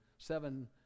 Seven